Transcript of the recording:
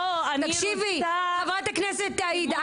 תקשיבי חברת הכנסת עאידה,